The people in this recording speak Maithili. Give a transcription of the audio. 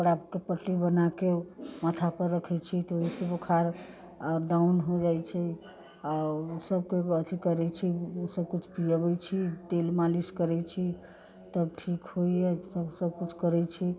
कपड़ाके पट्टी बनाके माथापर रखे छी तऽ ओइसँ बोखार डाउन हो जाइ छै आओर उ सबके अथी करै छी ओसब किछु पियाबै छी तेल मालिश करै छी तब ठीक होइए सब किछु करै छी